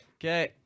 Okay